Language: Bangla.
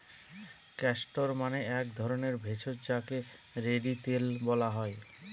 ক্যাস্টর মানে এক ধরণের ভেষজ যাকে রেড়ি তেল বলা হয়